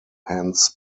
hence